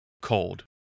Cold